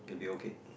you'll be okay